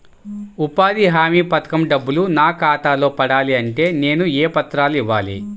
ఉపాధి హామీ పథకం డబ్బులు నా ఖాతాలో పడాలి అంటే నేను ఏ పత్రాలు ఇవ్వాలి?